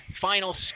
final